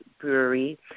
Brewery